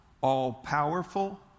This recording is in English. all-powerful